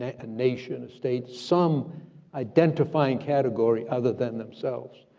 a nation, a state, some identifying category other than themselves,